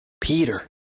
Peter